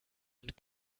und